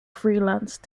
freelance